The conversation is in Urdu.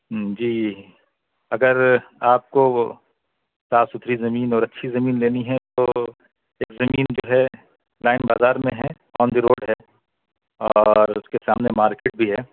ہوں جی اگر آپ کو وہ صاف ستھری زمین اور اچھی زمین لینی ہے تو یہ زمین جو ہے لائن بازار میں ہے آن دی روڈ ہے اور اس کے سامنے مارکیٹ بھی ہے